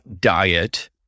diet